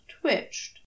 twitched